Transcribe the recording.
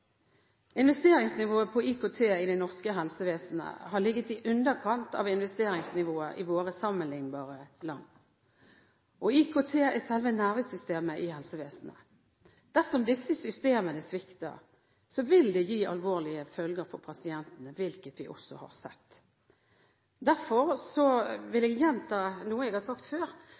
Investeringsnivået på IKT i det norske helsevesenet har ligget i underkant av investeringsnivået i våre sammenliknbare land. IKT er selve nervesystemet i helsevesenet. Dersom disse systemene svikter, vil det gi alvorlige følger for pasientene, hvilket vi også har sett. Derfor vil jeg gjenta noe jeg har sagt før